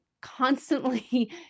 constantly